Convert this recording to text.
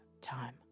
time